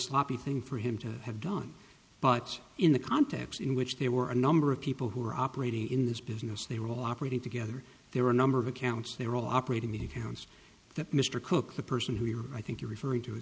sloppy thing for him to have done but in the context in which there were a number of people who are operating in this business they were all operating together there were a number of accounts they were all operating the accounts that mr cook the person who i think you're referring to